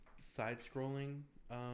side-scrolling